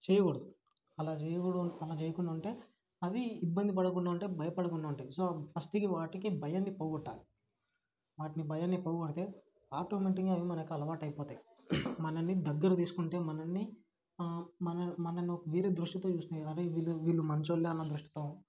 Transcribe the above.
చెయ్యకూడదు అలా చెయ్యకూడదు అలా చెయ్యకుండా ఉంటే అవి ఇబ్బంది పడకుండా ఉంటాయి బయపడకుండా ఉంటాయి సో ఫస్ట్కి వాటికి భయాన్ని పోగొట్టాలి వాటిని భయాన్ని పోగొడితే ఆటోమేటిక్గా అవి మనకి అలవాటైపోతాయి మనల్ని దగ్గర తీసుకుంటాయి మనల్ని మనల్ని మనల్ని వేరే దృష్టితో చూస్తయి అరే వీళ్ళు వీళ్ళు మంచి వాళ్ళే అన్న దృష్టితో